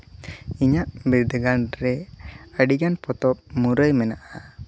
ᱤᱧᱟᱹᱜ ᱵᱤᱨᱫᱟᱹᱜᱟᱲ ᱨᱮ ᱟᱹᱰᱤᱜᱟᱱ ᱯᱚᱛᱚᱵ ᱢᱩᱨᱟᱹᱭ ᱢᱮᱱᱟᱜᱼᱟ